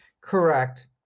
Correct